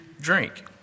drink